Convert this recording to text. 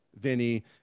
Vinny